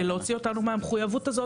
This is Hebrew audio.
להוציא אותנו מהמחויבות הזאת,